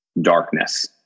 darkness